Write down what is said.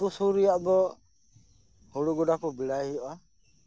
ᱟᱛᱳ ᱥᱩᱨ ᱨᱮᱭᱟᱜ ᱫᱚ ᱦᱳᱲᱳ ᱜᱚᱰᱟ ᱠᱚ ᱵᱮᱲᱟᱭ ᱦᱩᱭᱩᱜᱼᱟ